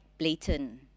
blatant